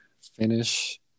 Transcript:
finish